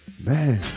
Man